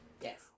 Yes